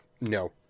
No